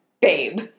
Babe